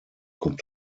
could